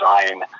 design